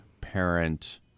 parent